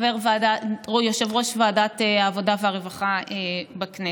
יושב-ראש ועדת העבודה והרווחה בכנסת.